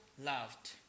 loved